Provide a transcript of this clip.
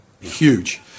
huge